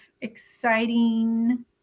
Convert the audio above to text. exciting